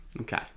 Okay